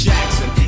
Jackson